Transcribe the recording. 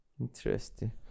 interesting